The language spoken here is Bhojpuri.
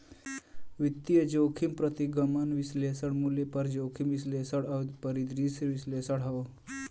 वित्तीय जोखिम प्रतिगमन विश्लेषण, मूल्य पर जोखिम विश्लेषण और परिदृश्य विश्लेषण हौ